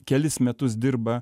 kelis metus dirba